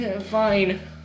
Fine